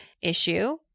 issue